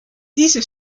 diese